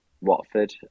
watford